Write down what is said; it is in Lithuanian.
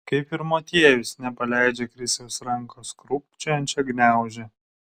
kaip ir motiejus nepaleidžia krisiaus rankos krūpčiojančią gniaužia